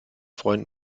freund